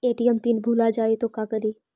ATM भुला जाये त का करि?